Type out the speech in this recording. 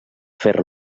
fer